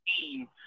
team